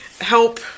help